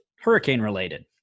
hurricane-related